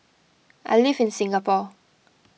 I live in Singapore